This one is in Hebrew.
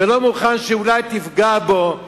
ולא מוכן שאולי תפגע בו,